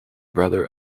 brother